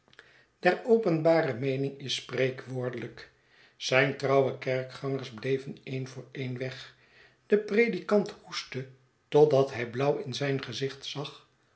der openbare meening is spreekwoordelijk zijn trouwe kerkgangers bleven een voor een weg de predikant hoestte totdat hij blauw in zijn gezicht zag